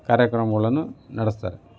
ಕಾರ್ಯಕ್ರಮಗಳನ್ನು ನಡೆಸ್ತಾರೆ